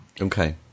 Okay